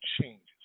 changes